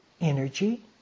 energy